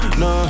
no